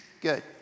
Good